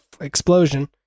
explosion